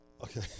Okay